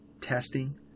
testing